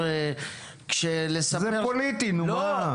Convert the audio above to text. נו, מה.